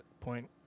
point